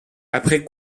après